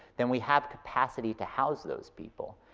than we have capacity to house those people.